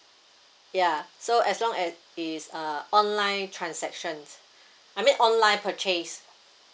ya so as long as it's a online transactions I mean online purchase